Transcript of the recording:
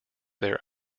their